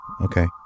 Okay